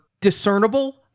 discernible